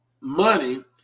money